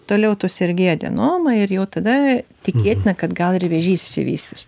toliau tu sergi adenoma ir jau tada tikėtina kad gal ir vėžys išsivystys